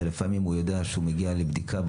ולפעמים הוא יודע שהוא מגיע לבדיקה,